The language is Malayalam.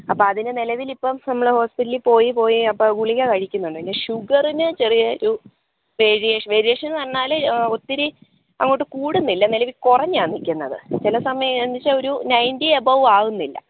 അപ്പം അതിന് നിലവിലിപ്പം നമ്മൾ ഹോസ്പിറ്റലിൽ പോയി പോയി അപ്പോൾ ഗുളിക കഴിക്കുന്നുണ്ട് പിന്നെ ഷുഗറിന് ചെറിയ ഒരു വേരിയേഷൻ വേരിയേഷന്ന് പറഞ്ഞാൽ ഒത്തിരി അങ്ങോട്ട് കൂടുന്നില്ല കുറഞ്ഞാൽ നിക്ക്ന്നത് ചില സമയം എന്നുവെച്ചാൽ ഒരു നയൻറ്റി എബോവ് ആവുന്നില്ല